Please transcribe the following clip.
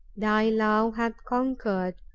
thy love hath conquered.